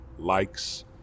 likes